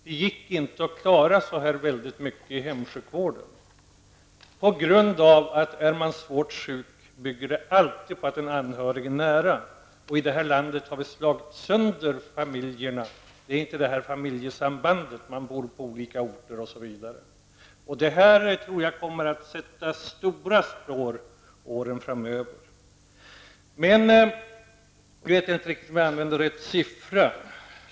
Det gick inte att klara så mycket i hemsjukvården på grund av att om man är svårt sjuk är man beroende av att en anhörig finns där. I det här landet har vi slagit sönder familjerna. Familjesambandet finns inte. Man bor på olika orter osv. Detta kommer att sätta stora spår åren framöver. Jag är inte säker på om jag använder de rätta siffrorna.